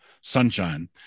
Sunshine